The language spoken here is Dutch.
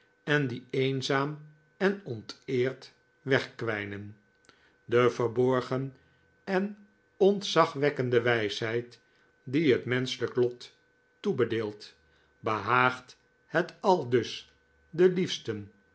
en die eenzaam en onteerd wegkwijnen de verborgen en ontzagwekkende wijsheid die het menschelijk lot toebedeelt behaagt het aldus de liefsten